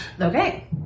Okay